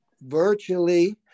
virtually